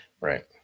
Right